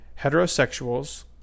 heterosexuals